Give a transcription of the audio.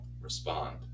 respond